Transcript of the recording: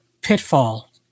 pitfall